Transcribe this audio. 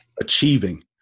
achieving